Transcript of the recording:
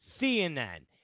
CNN